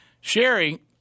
Sherry